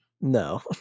no